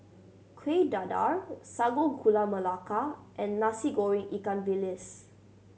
Kueh Dadar Sago Gula Melaka and Nasi Goreng ikan bilis